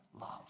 love